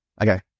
Okay